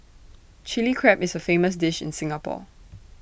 Chilli Crab is A famous dish in Singapore